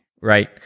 right